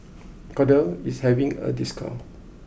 Kordel is having a discount